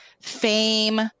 fame